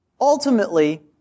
ultimately